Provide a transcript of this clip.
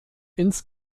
ins